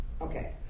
Okay